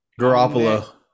Garoppolo